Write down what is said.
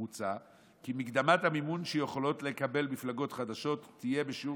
מוצע כי מקדמת המימון שיכולות לקבל מפלגות חדשות תהיה בשיעור